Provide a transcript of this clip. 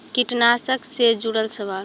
कीटनाशक से जुड़ल सवाल?